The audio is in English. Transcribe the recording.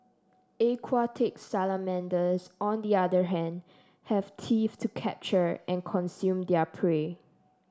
aquatic salamanders on the other hand have teeth to capture and consume their prey